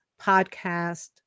podcast